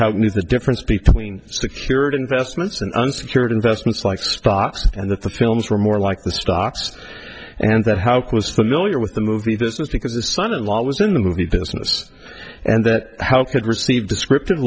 knew the difference between secured investments and unsecured investments like stocks and that the films were more like the stocks and that houck was familiar with the movie business because his son in law was in the movie business and that how could receive descript